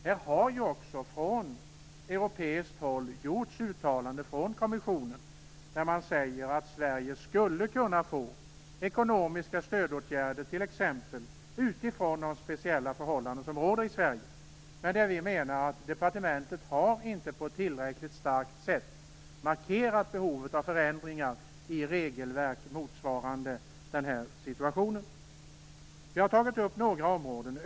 Det har också från europeiskt håll, från kommissionen, gjorts uttalanden där man säger att Sverige skulle kunna bli föremål för ekonomiska stödåtgärder, t.ex. utifrån de speciella förhållanden som råder i Sverige. Vi menar att departementet inte på ett tillräckligt starkt sätt har markerat behovet av förändringar i regelverk motsvarande den här situationen. Vi har tagit upp några områden.